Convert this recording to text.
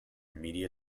media